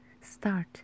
start